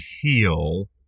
heal